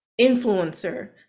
influencer